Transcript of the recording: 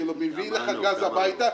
שמביא לך גז הביתה,